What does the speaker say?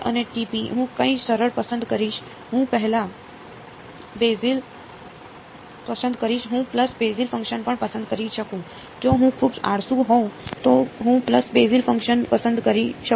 અને હું કંઈક સરળ પસંદ કરીશ હું પલ્સ બેઝિસ ફંક્શન પણ પસંદ કરી શકું જો હું ખૂબ આળસુ હોઉં તો હું પલ્સ બેઝિસ ફંક્શન પસંદ કરી શકું